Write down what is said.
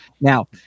Now